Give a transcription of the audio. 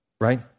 Right